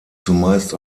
zumeist